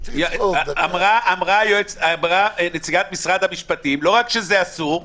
אמרה נציגת משרד המשפטים שלא רק שזה אסור,